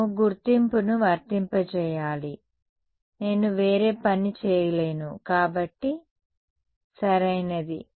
మేము గుర్తింపును వర్తింపజేయాలి నేను వేరే పని చేయలేను కాబట్టి సరైనది